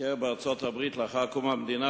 ביקר בארצות-הברית לאחר קום המדינה,